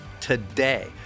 today